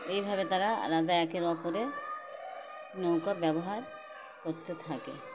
এইভাবে তারা আলাদা একের অপরে নৌকা ব্যবহার করতে থাকে